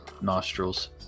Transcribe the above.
nostrils